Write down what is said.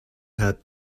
help